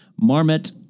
Marmot